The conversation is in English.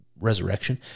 resurrection